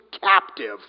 captive